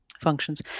functions